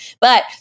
But-